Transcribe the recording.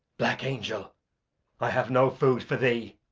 black angel i have no food for thee.